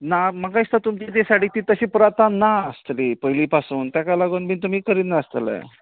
ना म्हाका दिसता तुमच्या त्या सायडी तशी ती प्रथा ना आसतली पयली पासून ताका लागून बी तुमी करिनासतले